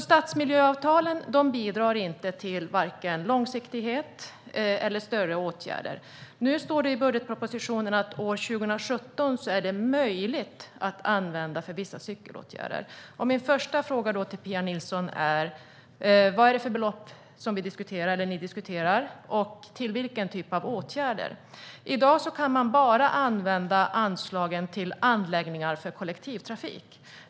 Stadsmiljöavtalen bidrar alltså inte till vare sig långsiktighet eller större åtgärder. Nu står det i budgetpropositionen att det år 2017 är möjligt att använda dem för vissa cykelåtgärder. Min första fråga till Pia Nilsson är: Vilka belopp är det som ni diskuterar och till vilken typ av åtgärder? I dag kan man använda anslagen bara till anläggningar för kollektivtrafik.